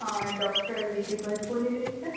અ doctor Vidhi બંધ બોલી રહી છે